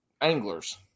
anglers